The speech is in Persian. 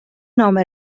نامه